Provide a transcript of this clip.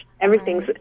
Everything's